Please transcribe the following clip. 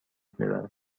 میبرم